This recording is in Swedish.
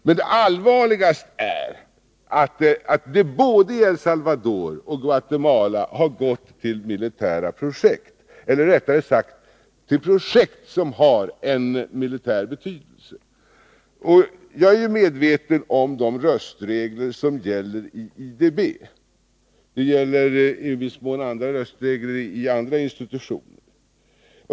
Men allvarligast är att medlen både i El Salvador och i Guatemala har gått till militära projekt — eller rättare sagt till projekt som har militär betydelse. Jag är medveten om de röstregler som gäller i IDB. I viss mån andra röstregler gäller i andra institutioner.